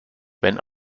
wenn